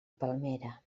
palmera